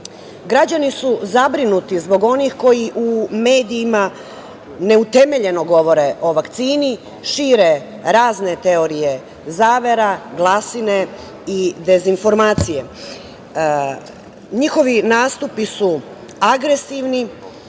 su zabrinuti zbog onih koji u medijima neutemeljeno govore o vakcini, šire razne teorije zavera, glasine i dezinformacije. Njihovi nastupi su agresivni